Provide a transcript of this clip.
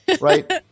right